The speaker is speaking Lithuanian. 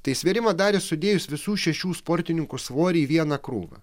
tai svėrimą darė sudėjus visų šešių sportininkų svorį į vieną krūvą